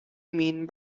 mean